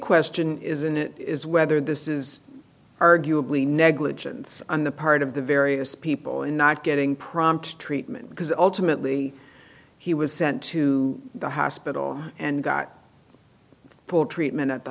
question isn't it is whether this is arguably negligence on the part of the various people in not getting prompt treatment because ultimately he was sent to the hospital and got full treatment at the